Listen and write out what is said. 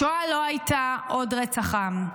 השואה לא הייתה עוד רצח עם,